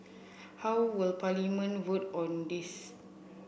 how will Parliament vote on this